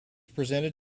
presented